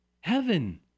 Heaven